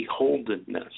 beholdenness